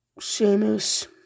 Seamus